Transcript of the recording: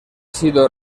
sido